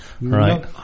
Right